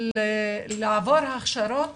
ראשון, הצוותים בבתי הספר צריכים לעבור הכשרות